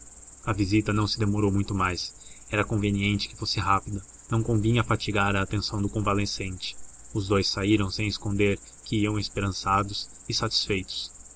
a visita não se demorou muito mais era conveniente que fosse rápida não convinha fatigar a atenção do convalescente os dous saíram sem esconder que iam esperançados e satisfeitos